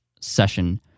session